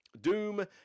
Doom